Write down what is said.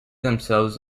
themselves